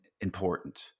important